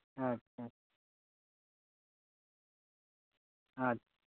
ᱟᱪᱪᱷᱟ ᱟᱪᱪᱷᱟ